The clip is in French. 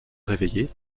réveillé